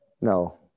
No